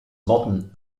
modern